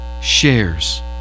shares